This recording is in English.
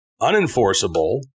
unenforceable